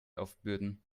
aufbürden